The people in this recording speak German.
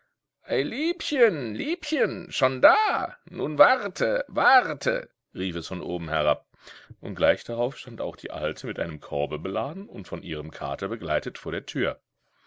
ei liebchen liebchen schon da nun warte warte rief es von oben herab und gleich darauf stand auch die alte mit einem korbe beladen und von ihrem kater begleitet vor der tür